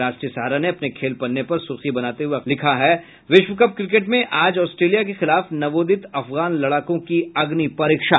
राष्ट्रीय सहारा ने अपने खेल पन्ने पर सुर्खी बनाते हुए अखबार लिखता है विश्व कप क्रिकेट में आज आस्ट्रेलिया के खिलाफ नवोदित अफगान लड़ाकों की अग्निपरीक्षा